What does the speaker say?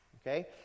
okay